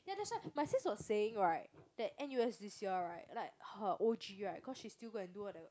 ya that's why my sis saying right that n_u_s this year right like her O_G right cause she still go and do all the